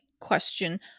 question